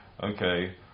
okay